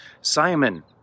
Simon